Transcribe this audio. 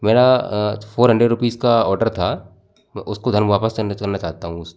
मेरा uh four hundred rupees का order था उसको धन वापस करना चाहता हूँ उस